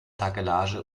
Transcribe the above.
takelage